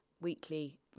weekly